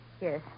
Yes